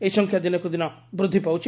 ଏହି ସଂଖ୍ୟା ଦିନକୁ ଦିନ ବୃଦ୍ଧି ପାଉଛି